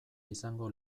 izango